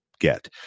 get